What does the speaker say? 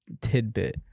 tidbit